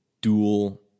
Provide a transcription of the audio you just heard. dual